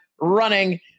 running